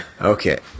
okay